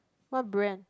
what brand